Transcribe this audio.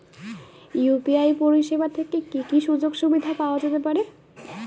UPI পরিষেবা থেকে কি কি সুযোগ সুবিধা পাওয়া যেতে পারে?